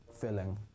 filling